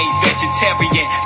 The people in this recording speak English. vegetarian